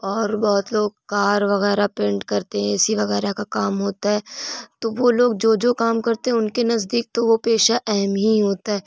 اور بہت لوگ کار وغیرہ پینٹ کرتے ہیں اے سی وغیرہ کا کام ہوتا ہے تو وہ لوگ جو جو کام کرتے ہیں ان کے نزدیک تو وہ پیشہ اہم ہی ہوتا ہے